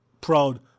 proud